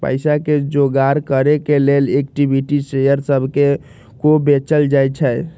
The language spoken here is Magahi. पईसा के जोगार करे के लेल इक्विटी शेयर सभके को बेचल जाइ छइ